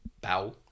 bow